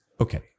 Okay